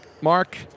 Mark